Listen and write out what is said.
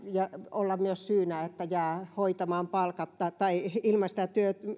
olla myös että jää palkatta tai ilman sitä